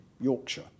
Yorkshire